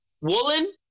Woolen